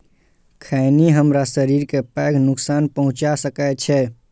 खैनी हमरा शरीर कें पैघ नुकसान पहुंचा सकै छै